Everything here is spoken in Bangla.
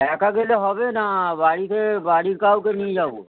একা গেলে হবে না বাড়িতে বাড়ির কাউকে নিয়ে যাবো